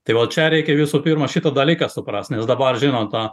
tai va čia reikia visų pirma šitą dalyką suprasti nes dabar žinot tą